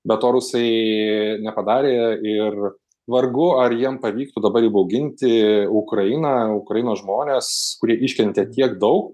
be to rusai nepadarė ir vargu ar jiem pavyktų dabar įbauginti ukrainą ukrainos žmones kurie iškentė tiek daug